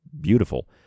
Beautiful